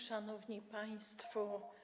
Szanowni Państwo!